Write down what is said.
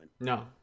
no